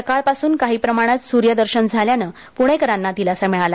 सकाळपासून काही प्रमाणांत सुर्यदर्शन झाल्यानं पुणेकरांना दिलासा मिळाला